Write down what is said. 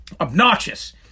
obnoxious